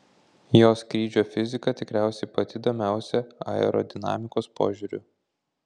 jo skrydžio fizika tikriausiai pati įdomiausia aerodinamikos požiūriu